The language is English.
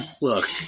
Look